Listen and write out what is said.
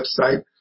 website